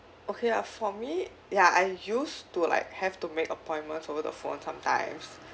okay ya for me ya I used to like have to make appointments over the phone sometimes